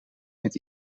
met